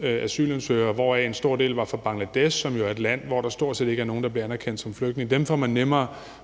109.000 asylansøgere, hvoraf en stor del var fra Bangladesh, som jo er et land, hvor der stort set ikke er nogen, der bliver anerkendt som flygtninge. Dem får man nemmere